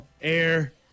Air